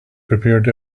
prepared